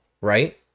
Right